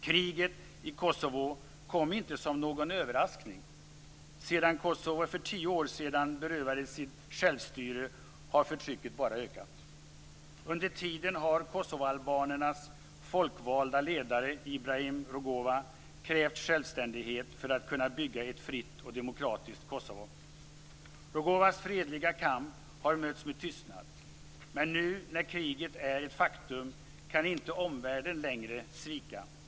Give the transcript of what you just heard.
Kriget i Kosovo kom inte som någon överraskning. Sedan Kosovo för tio år sedan berövades sitt självstyre har förtrycket bara ökat. Under tiden har kosovoalbanernas folkvalde ledare Ibrahim Rugova, krävt självständighet för att kunna bygga ett fritt och demokratiskt Kosovo. Rugovas fredliga kamp har mötts med tystnad. Men nu när kriget är ett faktum kan omvärlden inte längre svika.